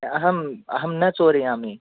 अहम् अहं न चोरयामि